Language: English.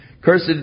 Cursed